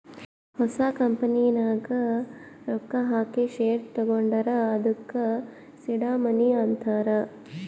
ಹೊಸ ಕಂಪನಿ ನಾಗ್ ರೊಕ್ಕಾ ಹಾಕಿ ಶೇರ್ ತಗೊಂಡುರ್ ಅದ್ದುಕ ಸೀಡ್ ಮನಿ ಅಂತಾರ್